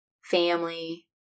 family